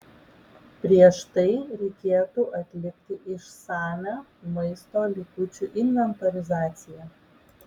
prieš tai reikėtų atlikti išsamią maisto likučių inventorizacija